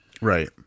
Right